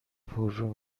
پررو